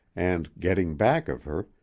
and, getting back of her,